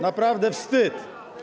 Naprawdę wstyd.